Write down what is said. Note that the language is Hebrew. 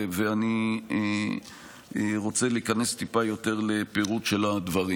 ואני רוצה להיכנס טיפה יותר לפירוט של הדברים.